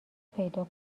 پیدا